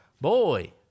Boy